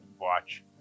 watch